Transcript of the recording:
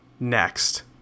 Next